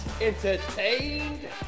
entertained